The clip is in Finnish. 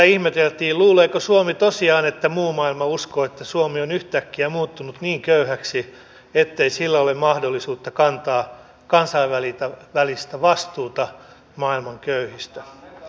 luuleeko suomi tosiaan että muu maailma uskoo että suomi on yhtäkkiä muuttunut niin köyhäksi ettei sillä ole mahdollisuutta kantaa kansainvälistä vastuuta maailman köyhistä